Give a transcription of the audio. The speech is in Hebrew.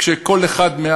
כשכל אחד,